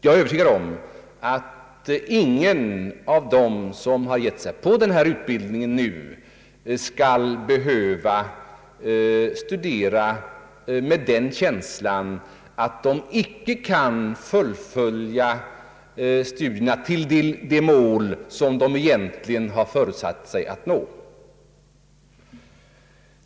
Jag är övertygad om att inga av dem som nu påbörjat denna utbildning skall behöva studera med känslan av att de icke kan fullfölja studierna till det mål som de egentligen föresatt sig att nå.